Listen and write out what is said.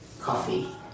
Coffee